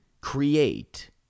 create